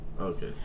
Okay